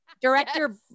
director